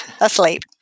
asleep